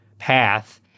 path